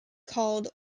called